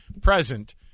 present